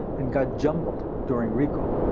and got jumbled during recall.